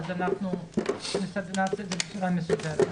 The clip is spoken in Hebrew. אז אנחנו נעשה את זה בצורה מסודרת.